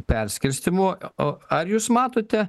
perskirstymo o ar jūs matote